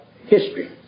history